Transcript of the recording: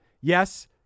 Yes